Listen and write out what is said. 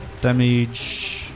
damage